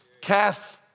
Kath